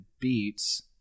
beats